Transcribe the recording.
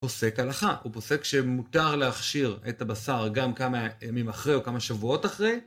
פוסק הלכה, הוא פוסק שמותר להכשיר את הבשר גם כמה ימים אחרי או כמה שבועות אחרי.